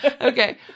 Okay